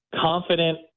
confident